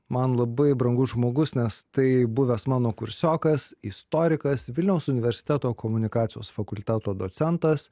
man labai brangus žmogus nes tai buvęs mano kursiokas istorikas vilniaus universiteto komunikacijos fakulteto docentas